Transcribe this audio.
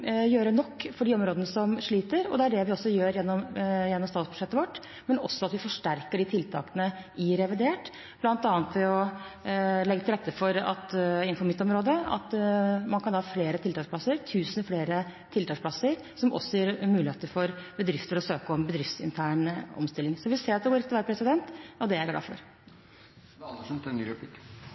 nok for de områdene som sliter. Det er det vi gjør gjennom statsbudsjettet vårt, og vi forsterker tiltakene i revidert nasjonalbudsjett, bl.a. ved å legge til rette for at det innenfor mitt område kan komme tusen flere tiltaksplasser, og også ved å gi bedrifter muligheten til å søke om bedriftsinterne omstillinger. Vi ser at det går rett vei, og det er jeg glad for.